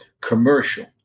commercial